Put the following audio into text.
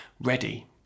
ready